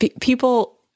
people